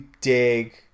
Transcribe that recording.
dig